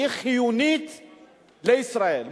היא חיונית לישראל.